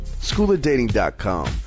SchoolofDating.com